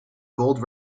gold